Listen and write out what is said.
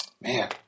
Man